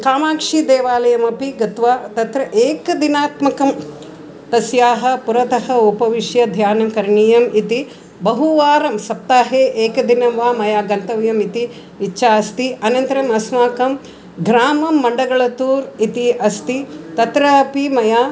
कामाक्षीदेवालयमपि गत्वा तत्र एकदिनात्मकं तस्याः पुरतः उपविश्य ध्यानं करणीयम् इति बहुवारं सप्ताहे एकदिनं वा मया गन्तव्यमिति इच्छा अस्ति अनन्तरम् अस्माकं ग्रामः मण्डगळत्तूर् इति अस्ति तत्रापि मया